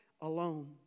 alone